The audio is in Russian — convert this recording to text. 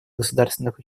государственных